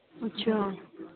ਅੱਛਾ